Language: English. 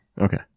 okay